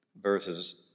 verses